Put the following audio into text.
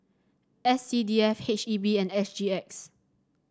S C D F H E B and H G X